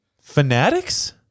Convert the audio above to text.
Fanatics